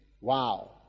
wow